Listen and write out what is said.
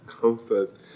comfort